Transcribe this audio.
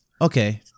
okay